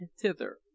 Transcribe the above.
THITHER